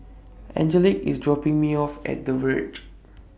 Angelic IS dropping Me off At The Verge